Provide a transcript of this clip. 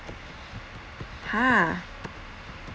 !huh!